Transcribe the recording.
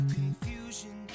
confusion